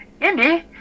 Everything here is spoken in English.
Indy